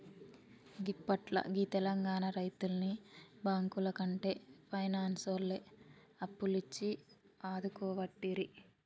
గిప్పట్ల గీ తెలంగాణ రైతుల్ని బాంకులకంటే పైనాన్సోల్లే అప్పులిచ్చి ఆదుకోవట్టిరి